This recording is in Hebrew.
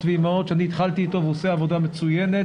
ואמהות שהתחלתי איתו והוא עושה עבודה מצוינת.